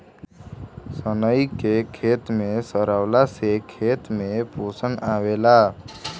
सनई के खेते में सरावला से खेत में पोषण आवेला